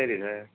சரி சார்